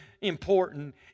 important